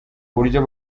buryo